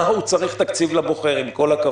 מה הוא צריך תקציב לבוחר, עם כל הכבוד?